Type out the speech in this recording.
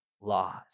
laws